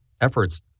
efforts